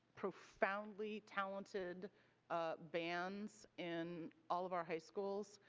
profoundly talented band in all of our high schools.